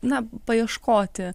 na paieškoti